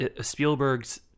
spielberg's